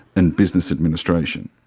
and business administration.